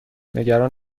نگران